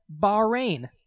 Bahrain